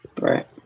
Right